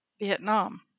Vietnam